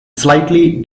slightly